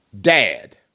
Dad